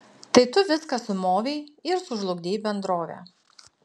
tai tu viską sumovei ir sužlugdei bendrovę